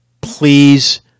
please